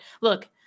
look